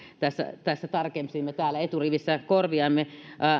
tässä tässä tarkensimme täällä eturivissä korviamme